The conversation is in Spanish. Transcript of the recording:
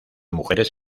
mujeres